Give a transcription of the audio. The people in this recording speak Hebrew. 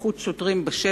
נוכחות שוטרים בשטח,